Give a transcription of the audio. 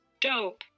Dope